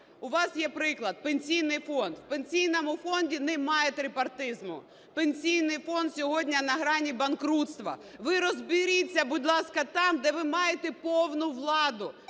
У вас є приклад – Пенсійний фонд. У Пенсійному фонді немає трипартизму. Пенсійний фонд сьогодні на грані банкрутства. Ви розберіться, будь ласка, там, де ви маєте повне владу,